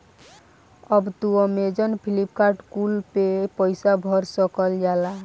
अब तू Amazon, Flipkart कुल पे पईसा भर सकल जाला